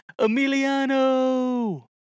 Emiliano